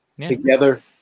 together